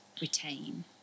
retain